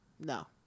no